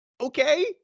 Okay